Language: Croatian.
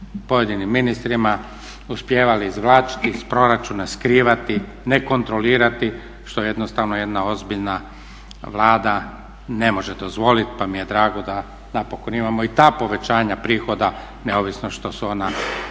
pojedinim ministrima uspijevali izvlačiti iz proračuna, skrivati, ne kontrolirati što jednostavno jedna ozbiljna Vlada ne može dozvoliti pa mi je drago da napokon imamo i ta povećanja prihoda neovisno što su ona